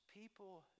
people